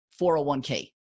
401k